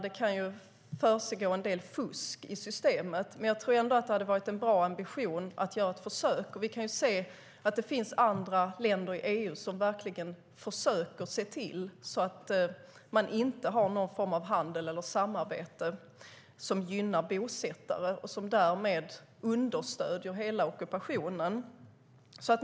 Det kan ju försiggå en del fusk i systemet. Men jag tror ändå att det skulle vara en bra ambition att försöka. Andra länder i EU försöker verkligen se till att inte ha någon form av handel eller samarbete som gynnar bosättare och som därmed understöder hela ockupationen.